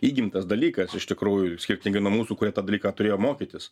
įgimtas dalykas iš tikrųjų skirtingai nuo mūsų kurie tą dalyką turėjo mokytis